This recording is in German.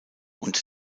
und